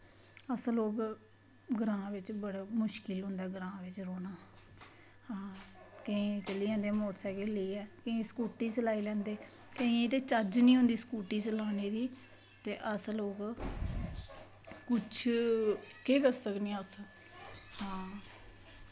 अस लोग ग्रांऽ बिच बड़ा मुश्कल होंदा ग्रांऽ बिच्च रौह्ना हां केंई चली जंदे मोटर सैकल लेइयै केंई स्कूटी चलाई लैंदे केंइयें ते चज्ज नी होंदी स्कूटी चलाने दी ते अस लोग कुछ केह् करी सकने आं अस हां